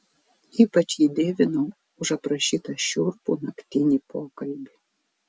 ypač jį dievinau už aprašytą šiurpų naktinį pokalbį